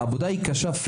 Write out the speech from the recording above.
העבודה היא קשה,